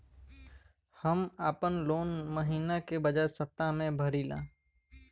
हम आपन लोन महिना के बजाय सप्ताह में भरीला